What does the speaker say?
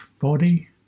body